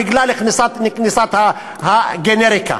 בגלל כניסת הגנריקה.